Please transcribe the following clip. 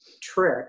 trick